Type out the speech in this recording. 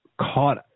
caught